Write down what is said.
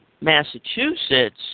Massachusetts